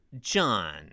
John